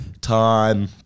time